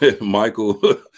Michael